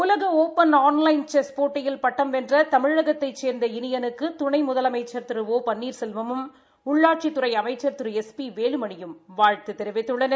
உலக open online chess போட்டியில் பட்டம் வென்ற தமிழகத்தைச் சேர்ந்த இனியனுக்கு துணை முதலமைச்ச் திரு ஒ பன்னீர்செல்வமும் உள்ளாட்சித்துறை அமைச்ச் திரு எஸ் பி வேலுமணியும் வாழ்த்து தெரிவித்துள்ளனர்